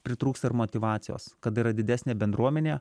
pritrūksta ir motyvacijos kada yra didesnė bendruomenė